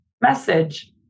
message